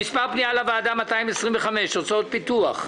פנייה מס' 225 הוצאות פיתוח.